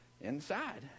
inside